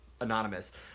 anonymous